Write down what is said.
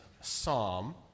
psalm